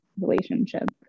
relationship